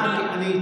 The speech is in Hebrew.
הבנתי.